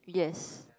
yes